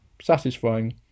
satisfying